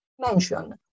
mention